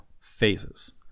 Phases